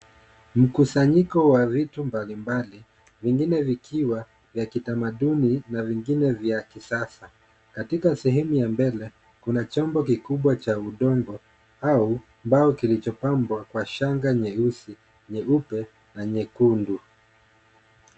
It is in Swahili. Mkusanyiko wa vitu mbalimbali, vingine vikiwa vya kitamaduni na vingine vya kisasa. Katika sehemu ya mbele, kuna chombo kikubwa cha udongo au mbao kilichopambwa kwa shanga nyeusi, nyeupe na nyekundu.